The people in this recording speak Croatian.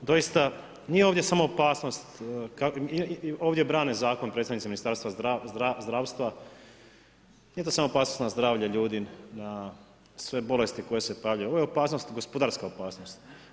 Doista, nije ovdje samo opasnost, ovdje brane zakon predstavnici Ministarstva zdravstva, nije to samo opasnost na zdravlje ljudi, na sve bolesti, koji se pojavljuju, ovo je opasnost, gospodarska opasnost.